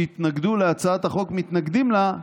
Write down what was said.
שהתנגדו להצעת החוק, מתנגדים לה,